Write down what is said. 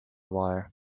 wire